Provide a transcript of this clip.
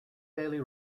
daily